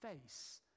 face